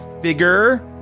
figure